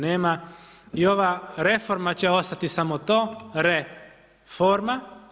Nema i ova reforma će ostati samo to RE-forma.